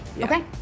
Okay